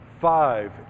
five